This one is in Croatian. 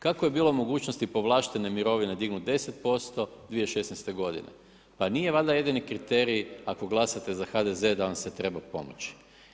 Kako je bilo mogućnosti povlaštene mirovine dignut 10% 2016. godine, pa nije valjda jedini kriterij ako glasate za HDZ da vam se treba pomoći.